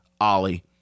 Ollie